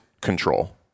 control